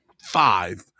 five